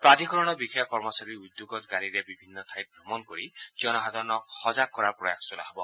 প্ৰাধিকৰণৰ বিষয়া কৰ্মচাৰীৰ উদ্যোগত গাড়ীৰে বিভিন্ন ঠাইত ভ্ৰমণ কৰি জনসাধাৰণক সজাগ কৰাৰ প্ৰয়াস চলোৱা হ'ব